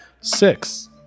Six